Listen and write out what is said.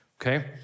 okay